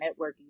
networking